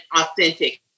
authentic